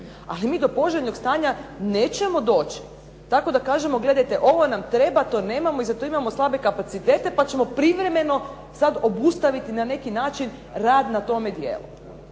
Ali mi do poželjnog stanja nećemo doći tako da kažemo ovo nam treba, to nemamo, i za to imamo slabe kapacitete pa ćemo privremeno obustaviti rad na tome dijelu.